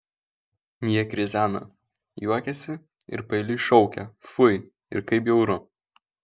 jie krizena juokiasi ir paeiliui šaukia fui ir kaip bjauru